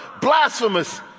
blasphemous